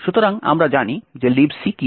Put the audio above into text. সুতরাং আমরা জানি যে Libc কী